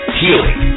healing